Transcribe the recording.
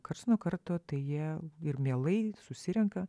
karts nuo karto tai jie ir mielai susirenka